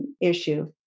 issue